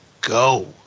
go